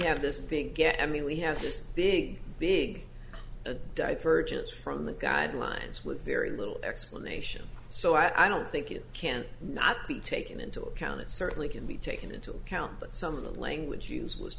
have this big get i mean we have this big big divergence from the guidelines with very little explanation so i don't think you can not be taken into account it certainly can be taken into account but some of the language use was